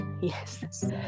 yes